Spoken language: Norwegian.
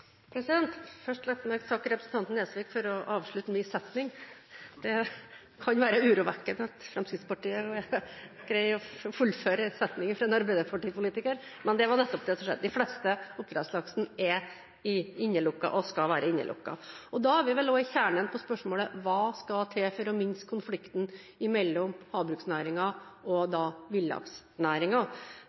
meg først takke representanten Nesvik for å ha avsluttet min setning. Det kan være urovekkende at Fremskrittspartiet greier å fullføre setningen fra en arbeiderpartipolitiker, men det var nettopp det som skjedde. – De fleste oppdrettslaksene er innelukket – og skal være innelukket. Da er vi også ved kjernen til spørsmålet: Hva skal til for å minske konflikten mellom havbruksnæringen og